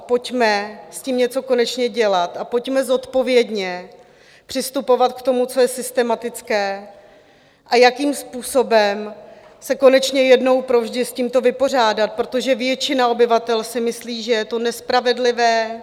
Pojďme s tím konečně něco dělat a pojďme zodpovědně přistupovat k tomu, co je systematické a jakým způsobem se konečně jednou provždy s tímto vypořádat, protože většina obyvatel si myslí, že je to nespravedlivé.